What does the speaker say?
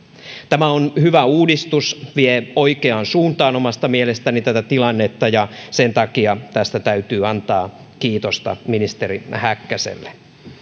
tämä on hyvä uudistus joka vie oikeaan suuntaan omasta mielestäni tätä tilannetta ja sen takia tästä täytyy antaa kiitosta ministeri häkkäselle